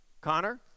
Connor